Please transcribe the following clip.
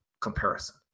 comparison